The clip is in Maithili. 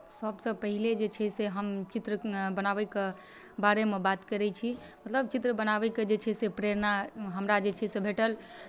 सभसँ पहिले जे छै से हम चित्र बनाबैके बारेमे बात करै छी मतलब चित्र बनाबैके जे छै से प्रेरणा हमरा जे छै से भेटल